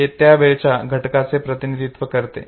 हे त्या वेगळ्या घटकाचे प्रतिनिधित्व करते